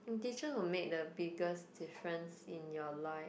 teacher will make the biggest difference in your life